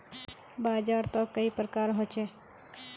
बाजार त कई प्रकार होचे?